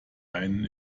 einen